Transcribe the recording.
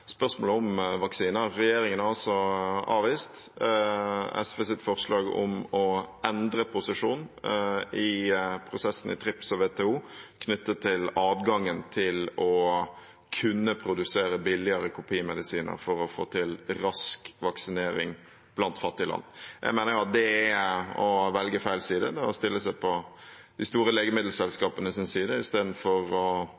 spørsmålet om vaksiner. Regjeringen har avvist SVs forslag om å endre posisjon i prosessen i TRIPS, Den internasjonale patentavtalen, og WTO knyttet til adgangen til å kunne produsere billigere kopimedisin for å få til rask vaksinering i fattige land. Jeg mener at det er å velge feil side, det er å stille seg på de store